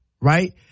Right